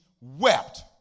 wept